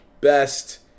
best